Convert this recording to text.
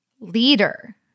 leader